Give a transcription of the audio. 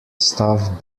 staff